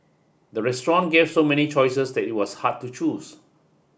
the restaurant gave so many choices that it was hard to choose